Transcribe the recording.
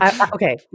Okay